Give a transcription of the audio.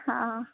हां